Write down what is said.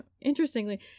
interestingly